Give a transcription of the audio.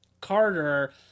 Carter